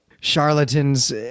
charlatans